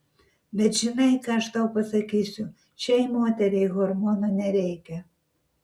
bet žinai ką aš tau pasakysiu šiai moteriai hormonų nereikia